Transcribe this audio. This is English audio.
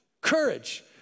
Courage